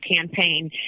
campaign